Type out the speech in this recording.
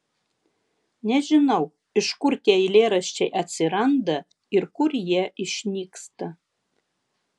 nežinau iš kur tie eilėraščiai atsiranda ir kur jie išnyksta